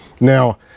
Now